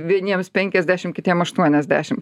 vieniems penkiasdešim kitiems aštuoniasdešim